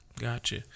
Gotcha